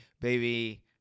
baby